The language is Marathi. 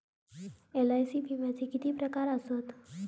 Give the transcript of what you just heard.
एल.आय.सी विम्याचे किती प्रकार आसत?